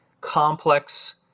complex